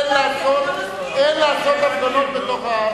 אין לעשות הפגנות בתוך,